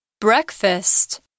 Breakfast